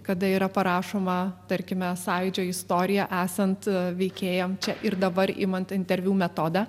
kada yra parašoma tarkime sąjūdžio istorija esant veikėjam čia ir dabar imant interviu metodą